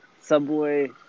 Subway